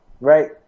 right